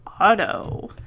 Auto